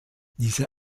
diese